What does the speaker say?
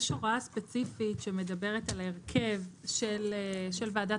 יש הוראה ספציפית שמדברת על ההרכב של ועדת